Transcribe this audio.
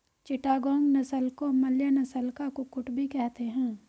चिटागोंग नस्ल को मलय नस्ल का कुक्कुट भी कहते हैं